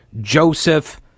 Joseph